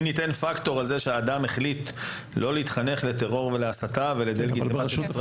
אם ניתן פקטור על זה שאדם החליט לא להתחנך לטרור ולהסתה --- בישראל.